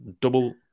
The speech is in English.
double